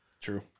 True